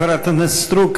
תודה לחברת הכנסת סטרוק.